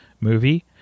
movie